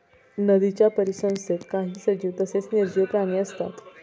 नदीच्या परिसंस्थेत काही सजीव तसेच निर्जीव प्राणी असतात